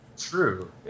True